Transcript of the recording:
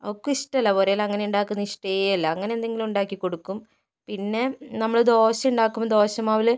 അവർക്ക് ഇഷ്ടമല്ല ഒരെല അങ്ങനെ ഉണ്ടാക്കുന്നത് ഇഷ്ടേയല്ല അങ്ങനെ എന്തെങ്കിലും ഉണ്ടാക്കി കൊടുക്കും പിന്നെ നമ്മള് ദോശയുണ്ടാക്കുമ്പോൾ ദോശ മാവില്